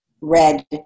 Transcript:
red